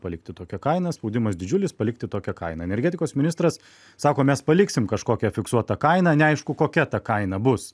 palikti tokią kainą spaudimas didžiulis palikti tokią kainą energetikos ministras sako mes paliksim kažkokią fiksuotą kainą neaišku kokia ta kaina bus